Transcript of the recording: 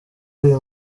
uyu